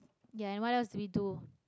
ya and what else do we do